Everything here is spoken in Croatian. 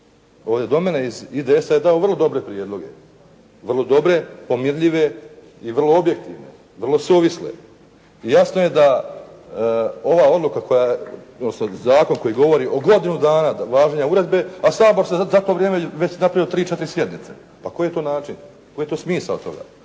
ovdje do mene iz IDS-a je dao vrlo dobre prijedloge. Vrlo dobre, pomirljive i vrlo objektivne, vrlo suvisle. I jasno je da ova odluka koja je, odnosno zakon koji govori o godinu dana važenja uredbe, a Sabor je za to vrijeme napravio već tri-četiri sjednice. Pa koji je to način? Koji je smisao toga?